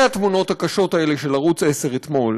התמונות הקשות האלה של ערוץ 10 אתמול,